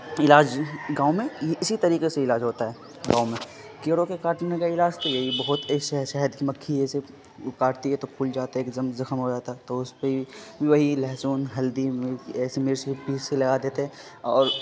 علاج گاؤں میں اسی طریقے سے علاج ہوتا ہے گاؤں میں کیڑوں کے کاٹنے کا علاج تو یہی بہت شہد کی مکھی ہے جیسے کاٹتی ہے تو پھول جاتا ہے ایک زم زخم ہو جاتا ہے تو اس پہ وہی لہسن ہلدی ایسے مرچ پیس سے لگا دیتے ہیں اور